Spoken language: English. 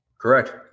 Correct